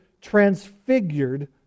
transfigured